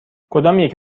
کدامیک